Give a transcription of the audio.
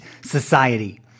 society